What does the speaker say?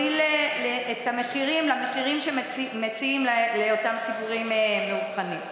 את המחירים למחירים שמציעים לאותם הציבורים המובחנים?